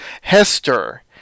Hester